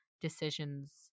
decisions